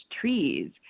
trees